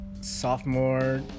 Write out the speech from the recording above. sophomore